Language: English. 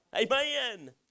amen